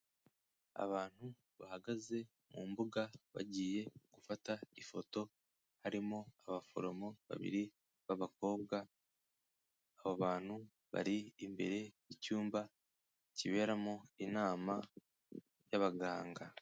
Abantu bahagaze mu mbuga bagiye gufata ifoto, harimo abaforomo babiri b'abakobwa, aba bantu bari imbere y'icyumba kiberamo inama y'abaganga.